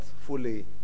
fully